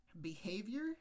behavior